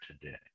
today